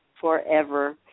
forever